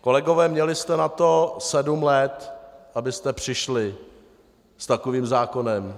Kolegové, měli jste na to sedm let, abyste přišli s takovým zákonem.